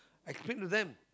explain to them